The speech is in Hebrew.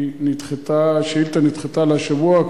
השאילתא נדחתה להשבוע,